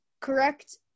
correct